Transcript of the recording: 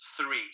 Three